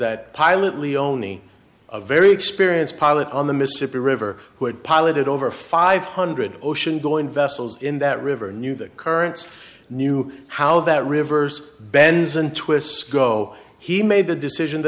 that pilot leoni a very experienced pilot on the mississippi river who had piloted over five hundred ocean going vessels in that river knew the currents knew how that rivers bends and twists go he made the decision